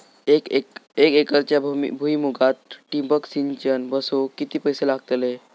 एक एकरच्या भुईमुगाक ठिबक सिंचन बसवूक किती पैशे लागतले?